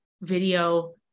video